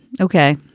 Okay